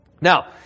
Now